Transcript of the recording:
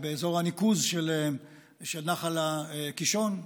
באזור הניקוז של נחל הקישון,